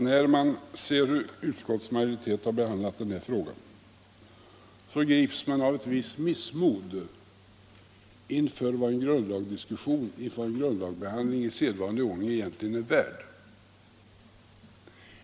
När man ser hur utskottsmajoriteten har behandlat den här frågan grips man av ett visst missmod inför vad en grundlagsbehandling i sedvanlig ordning egentligen är värd.